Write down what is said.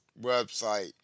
website